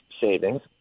savings